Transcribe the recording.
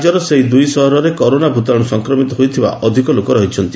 ରାଜ୍ୟର ସେହି ଦୁଇ ସହରରେ କରୋନା ଭୂତାଣୁରେ ସଂକ୍ରମିତ ହୋଇଥିବା ଅଧିକ ଲୋକ ରହିଛନ୍ତି